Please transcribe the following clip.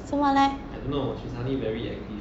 做么 leh